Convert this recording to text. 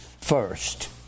first